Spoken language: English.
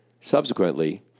Subsequently